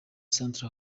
centre